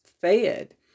fed